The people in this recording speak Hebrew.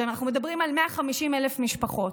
ואנחנו מדברים על 150,000 משפחות,